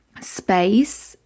space